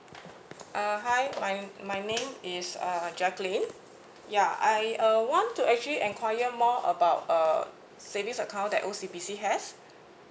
uh hi my name is uh jacqueline ya I uh want to actually enquiry more about uh savings account that O_C_B_C has